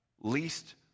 least